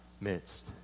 midst